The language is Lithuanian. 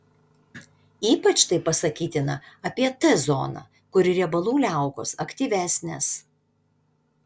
ypač tai pasakytina apie t zoną kur riebalų liaukos aktyvesnės